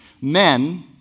Men